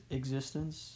existence